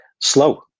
slow